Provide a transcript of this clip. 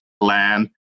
land